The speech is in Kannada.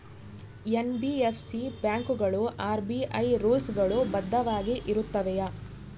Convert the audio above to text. ಎನ್.ಬಿ.ಎಫ್.ಸಿ ಬ್ಯಾಂಕುಗಳು ಆರ್.ಬಿ.ಐ ರೂಲ್ಸ್ ಗಳು ಬದ್ಧವಾಗಿ ಇರುತ್ತವೆಯ?